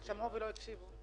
שמעו ולא הקשיבו.